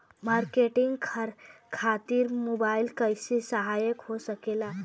Marketing खातिर mobile कइसे सहायक हो सकेला?